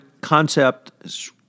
concept